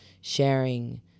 sharing